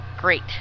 great